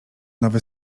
nowy